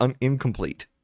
incomplete